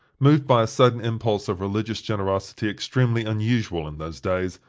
moved by a sudden impulse of religious generosity extremely unusual in those days,